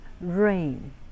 rain